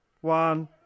One